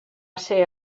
ser